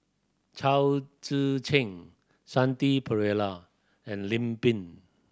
Chao Tzee Cheng Shanti Pereira and Lim Pin